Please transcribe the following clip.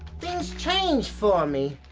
things changed for me.